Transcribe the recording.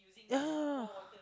ya